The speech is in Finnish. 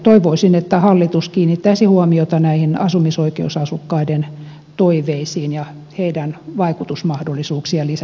toivoisin että hallitus kiinnittäisi huomiota näihin asumisoikeusasukkaiden toiveisiin ja heidän vaikutusmahdollisuuksiaan lisättäisiin